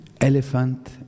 elephant